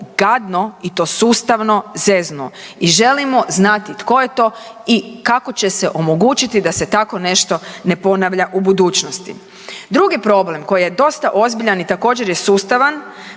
gadno i to sustavno zeznuo. I želimo znati tko je to i kako će se omogućiti da se tako nešto ne ponavlja u budućnosti. Drugi problem koji je dosta ozbiljan i također je sustavan